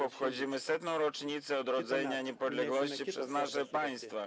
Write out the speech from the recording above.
Obchodzimy setne rocznice odzyskania niepodległości przez nasze państwa.